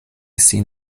sin